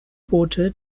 boote